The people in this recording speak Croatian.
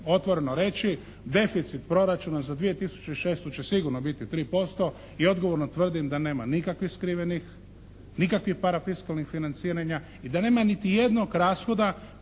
otvoreno reći, deficit proračuna za 2006. će sigurno biti 3% i odgovorno tvrdim da nema nikakvih skrivenih, nikakvih parafiskalnih financiranja i da nema niti jednog rashoda